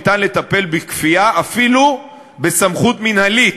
אפשר לטפל בכפייה אפילו בסמכות מינהלית,